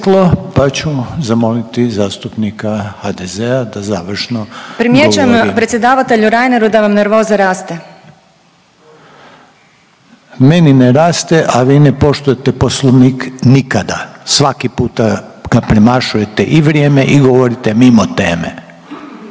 pa ću zamoliti zastupnika HDZ-a da završno govori … …/Upadica Orešković: Primjećujem predsjedavatelju Reineru da vam nervoza raste./… … Meni ne raste, a vi ne poštujete Poslovnik nikada. Svaki puta ga premašujete i vrijeme i govorite mimo teme.